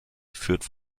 führt